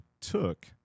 took